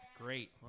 Great